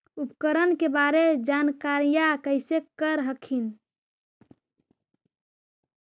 उपकरण के बारे जानकारीया कैसे कर हखिन?